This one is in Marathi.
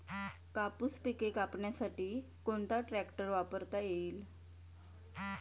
कापूस पिके कापण्यासाठी कोणता ट्रॅक्टर वापरता येईल?